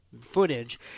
footage